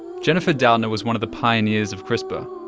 jennifer doudna was one of the pioneers of crispr.